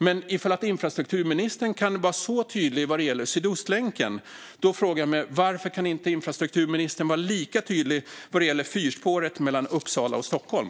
Men om infrastrukturministern kan vara så tydlig vad gäller Sydostlänken frågar jag mig varför infrastrukturministern inte kan vara lika tydlig vad gäller fyrspåret mellan Uppsala och Stockholm.